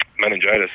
meningitis